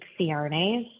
CRNAs